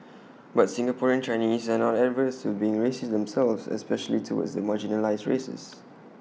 but Singaporean Chinese are not averse to being racist themselves especially towards the marginalised races